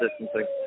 distancing